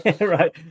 Right